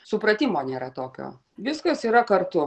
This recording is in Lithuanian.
supratimo nėra tokio viskas yra kartu